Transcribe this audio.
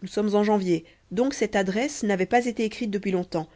nous sommes en janvier donc cette adresse n'avait pas été écrite depuis longtemps